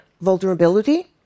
vulnerability